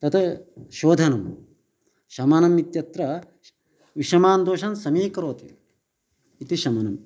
तत् शोधनं शमनम् इत्यत्र विशमान्दोषन् समीकरोति इति शमनम्